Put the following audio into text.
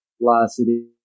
velocity